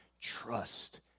trust